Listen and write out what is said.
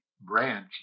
branch